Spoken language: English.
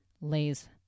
Lay's